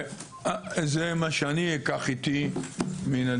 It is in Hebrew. זה מה שאני אקח איתי מהדיון,